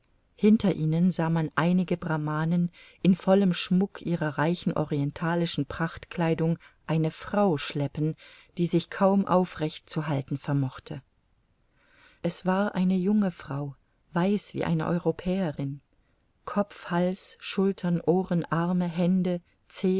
hinter ihnen sah man einige brahmanen in vollem schmuck ihrer reichen orientalischen prachtkleidung eine frau schleppen die sich kaum aufrecht zu halten vermochte es war eine junge frau weiß wie eine europäerin kopf hals schultern ohren arme hände